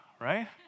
right